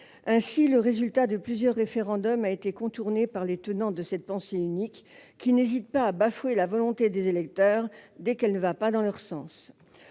Ainsi, le résultat de plusieurs référendums a été contourné par les tenants d'une telle conception, qui n'hésitent pas à bafouer la volonté des électeurs dès qu'elle ne va pas dans leur sens.